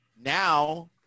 now